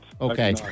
Okay